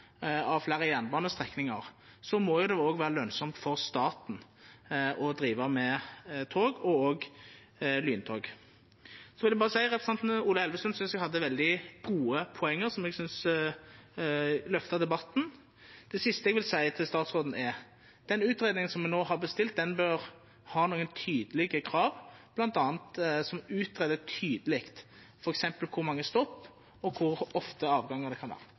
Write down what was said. av fleire jernbanestrekningar – må det jo òg vera lønsamt for staten å driva med tog, også lyntog. Så vil eg berre seia at eg synest representanten Ola Elvestuen hadde veldig gode poeng, som eg synest løfta debatten. Det siste eg vil seia til statsråden, er at den utgreiinga som me no har bestilt, bør ha nokre tydelege krav, bl.a. at ein greier tydeleg ut f.eks. kor mange stopp og kor ofte avgangane kan